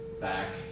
back